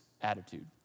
attitude